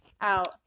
out